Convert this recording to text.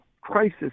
crisis